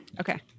Okay